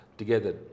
together